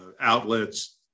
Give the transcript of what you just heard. outlets